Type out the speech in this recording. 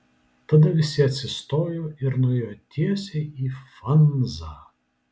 tada visi atsistojo ir nuėjo tiesiai į fanzą